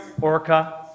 orca